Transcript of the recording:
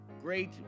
great